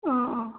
অঁ অঁ